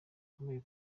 rukeneye